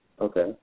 Okay